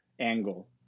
angle